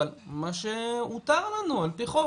אבל מה שמותר לנו ע"פ חוק,